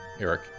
Eric